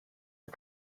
for